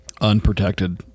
unprotected